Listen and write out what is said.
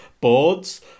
boards